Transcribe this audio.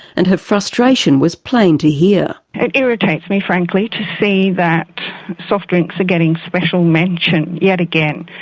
and her frustration was plain to hear. it irritates me, frankly, to see that soft drinks are getting special mention yet again.